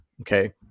Okay